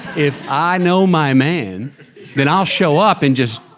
if i know my man then i'll show up and just,